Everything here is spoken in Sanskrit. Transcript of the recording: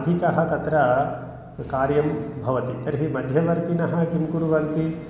अधिकं तत्र कार्यं भवति तर्हि मध्यवर्तिनः किं कुर्वन्ति